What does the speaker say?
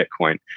Bitcoin